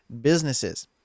businesses